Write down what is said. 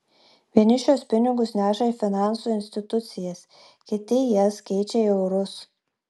vieni šiuos pinigus neša į finansų institucijas kiti jas keičia į eurus